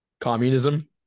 Communism